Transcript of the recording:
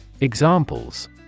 Examples